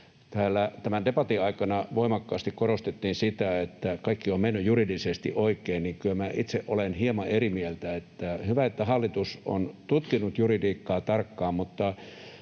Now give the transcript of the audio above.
tämän debatin aikana voimakkaasti korostettiin sitä, että kaikki on mennyt juridisesti oikein, niin kyllä minä itse olen hieman eri mieltä. Hyvä, että hallitus on tutkinut juridiikkaa tarkkaan,